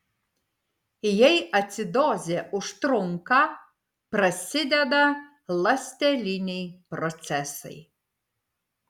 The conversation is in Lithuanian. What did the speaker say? jei acidozė užtrunka prasideda ląsteliniai procesai